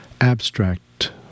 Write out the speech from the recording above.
abstract